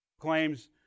Claims